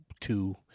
two